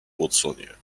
watsonie